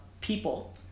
people